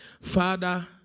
Father